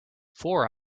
four